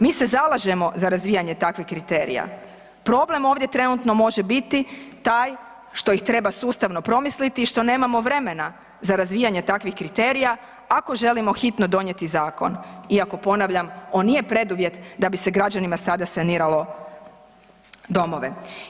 Mi se zalažemo za razvijanje takvih kriterija, problem ovdje trenutno može biti taj što ih treba sustavno promisliti i što nemamo vremena za razvijanje takvih kriterija ako želimo hitno donijeti zakon, iako ponavljam on nije preduvjet da bi se građanima sada saniralo domove.